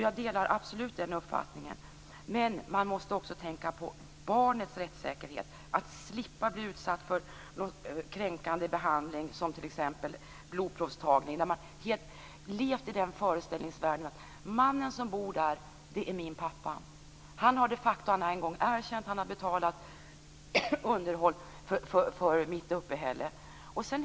Jag delar absolut den uppfattningen, men man måste också tänka på barnets rättssäkerhet. Det måste slippa att bli utsatt för kränkande behandling som t.ex. blodprovstagning. Jag har levt i den föreställningsvärlden att mannen som bor där är min pappa. Han har de facto en gång erkänt och betalat underhåll för mitt uppehälle.